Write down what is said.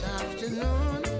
afternoon